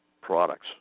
products